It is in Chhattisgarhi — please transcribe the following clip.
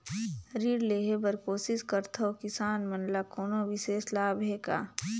ऋण लेहे बर कोशिश करथवं, किसान मन ल कोनो विशेष लाभ हे का?